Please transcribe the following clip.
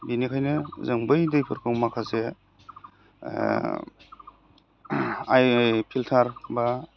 बेनिखायनो जों बै दैफोरखौ माखासे फिल्टार बा